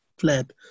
fled